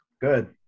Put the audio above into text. Good